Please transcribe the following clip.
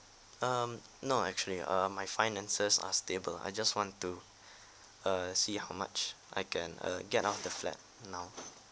um no actually err my finances are stable I just want to err see how much I can uh get off the flat now